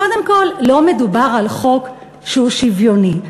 קודם כול, לא מדובר על חוק שהוא שוויוני.